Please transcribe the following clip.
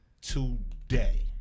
today